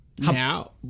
Now